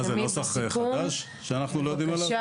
מה זה, נוסח חדש שאנחנו לא יודעים עליו?